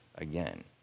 Again